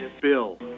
Bill